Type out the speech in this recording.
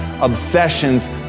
obsessions